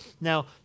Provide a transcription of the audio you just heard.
Now